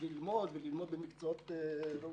ללמוד וללמוד במקצועות ראויים,